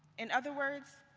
in other words,